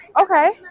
Okay